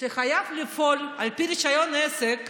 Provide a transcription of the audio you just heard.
שחייב לפעול על פי רישיון עסק,